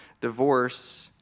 divorce